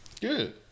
Good